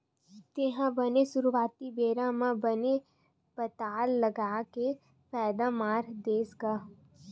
तेहा बने सुरुवाती बेरा म बने पताल लगा के फायदा मार देस गा?